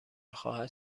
خواهد